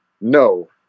no